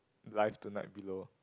life tonight below